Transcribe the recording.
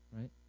right